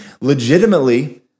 legitimately